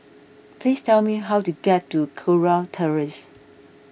please tell me how to get to Kurau Terrace